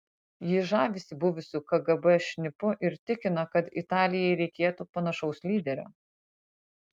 ji žavisi buvusiu kgb šnipu ir tikina kad italijai reikėtų panašaus lyderio